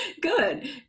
Good